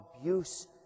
abuse